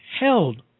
held